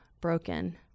broken